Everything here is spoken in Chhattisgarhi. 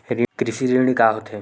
कृषि ऋण का होथे?